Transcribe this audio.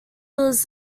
was